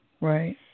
Right